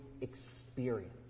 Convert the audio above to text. experience